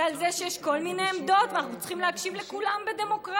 ועל זה שיש כל מיני עמדות ואנחנו צריכים להקשיב לכולם בדמוקרטיה?